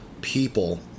people